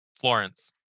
florence